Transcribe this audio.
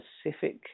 specific